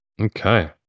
Okay